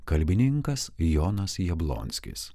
kalbininkas jonas jablonskis